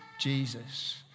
Jesus